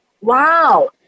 Wow